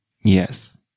Yes